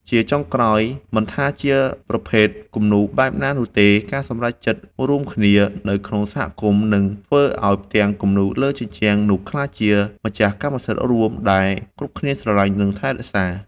ជាចុងក្រោយ មិនថាជាប្រភេទគំនូរបែបណានោះទេ ការសម្រេចចិត្តរួមគ្នានៅក្នុងសហគមន៍ នឹងធ្វើឱ្យផ្ទាំងគំនូរលើជញ្ជាំងនោះក្លាយជាម្ចាស់កម្មសិទ្ធិរួមដែលគ្រប់គ្នាស្រឡាញ់ និងថែរក្សា។